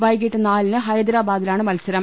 വൈകീട്ട് നാലിന് ഹൈദരാ ബാദിലാണ് മത്സരം